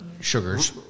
sugars